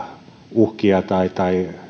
uhkia tai tai sellaisten